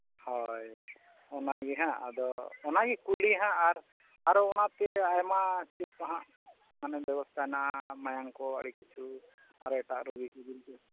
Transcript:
ᱦᱳᱭ ᱚᱱᱟᱜᱮ ᱦᱟᱸᱜ ᱟᱫᱚ ᱚᱱᱟᱜᱮ ᱠᱩᱞᱤ ᱦᱟᱸᱜ ᱟᱨ ᱟᱨᱚ ᱚᱱᱟ ᱛᱮ ᱟᱭᱢᱟ ᱥᱤᱴᱠᱚ ᱦᱟᱸᱜ ᱢᱟᱱᱮ ᱵᱮᱵᱚᱥᱛᱷᱟ ᱦᱮᱱᱟᱜᱼᱟ ᱢᱟᱭᱟᱢᱠᱚ ᱟᱹᱰᱤ ᱠᱤᱪᱷᱩ ᱟᱨ ᱮᱴᱟᱜ ᱨᱳᱜᱤᱠᱚ